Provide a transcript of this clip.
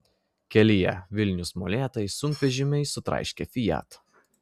kelyje vilnius molėtai sunkvežimiai sutraiškė fiat